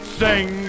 sing